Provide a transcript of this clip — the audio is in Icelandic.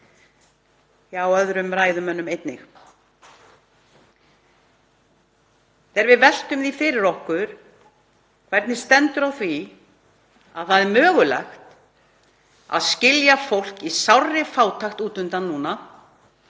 hjá öðrum ræðumönnum einnig. Þegar við veltum því fyrir okkur hvernig stendur á því að það er mögulegt að skilja fólk í sárri fátækt út undan þá